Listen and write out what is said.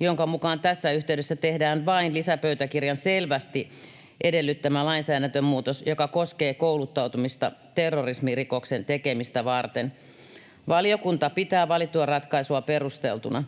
jonka mukaan tässä yhteydessä tehdään vain lisäpöytäkirjan selvästi edellyttämä lainsäädäntömuutos, joka koskee kouluttautumista terrorismirikoksen tekemistä varten. Valiokunta pitää valittua ratkaisua perusteltuna.